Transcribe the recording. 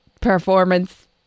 performance